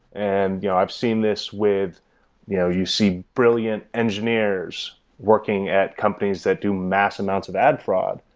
and you know i've seen this with you know you see brilliant engineers working at companies that do massive amounts of ad fraud,